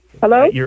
Hello